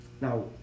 Now